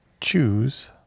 choose